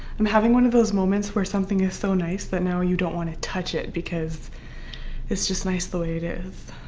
i'm having one of those moments where something is so nice that now, you don't want to touch it because it's just nice the way it is